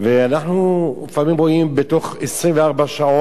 ואנחנו לפעמים רואים בתוך 24 שעות